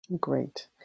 Great